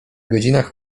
godzinach